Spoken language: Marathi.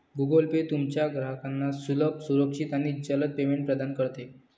गूगल पे तुमच्या ग्राहकांना सुलभ, सुरक्षित आणि जलद पेमेंट प्रदान करते